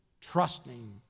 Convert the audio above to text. trusting